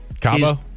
combo